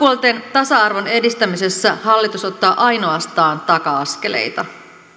tasa arvon edistämisessä hallitus ottaa ainoastaan taka askeleita